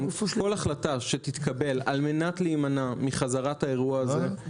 כל החלטה שתתקבל על-מנת להימנע מחזרת האירוע הזה,